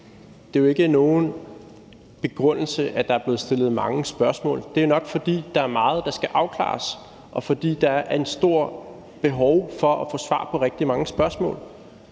Det er jo ikke nogen begrundelse, at der er blevet stillet mange spørgsmål. Det er jo nok, fordi der er meget, der skal afklares, og fordi der er et stort behov for at få svar på rigtig mange spørgsmål.